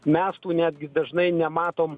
mes tų netgi dažnai nematom